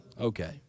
Okay